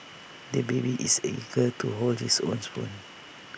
the baby is eager to hold his own spoon